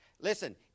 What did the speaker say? Listen